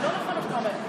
זה לא נכון, מה שאתה אומר.